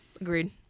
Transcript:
Agreed